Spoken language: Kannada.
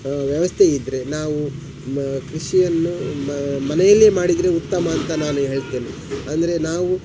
ವ್ಯವಸ್ಥೆ ಇದ್ದರೆ ನಾವು ಕೃಷಿಯನ್ನು ಮನೆಯಲ್ಲೆ ಮಾಡಿದರೆ ಉತ್ತಮ ಅಂತ ನಾನು ಹೇಳ್ತೇನೆ ಅಂದರೆ ನಾವು